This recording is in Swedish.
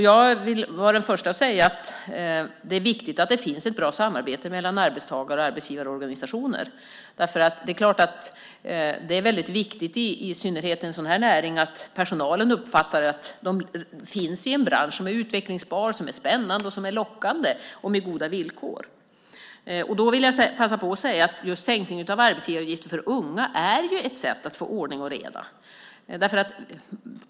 Jag är den första att säga att det är viktigt att det finns ett bra samarbete mellan arbetstagare och arbetsgivarorganisationer. Det är väldigt viktigt i synnerhet i en sådan här näring att personalen uppfattar att man finns i en bransch som är utvecklingsbar och som är spännande och lockande och har goda villkor. Jag vill passa på att säga att just sänkningen av arbetsgivaravgiften för unga är ett sätt att få ordning och reda.